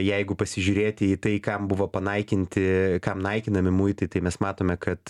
jeigu pasižiūrėti į tai kam buvo panaikinti kam naikinami muitai tai mes matome kad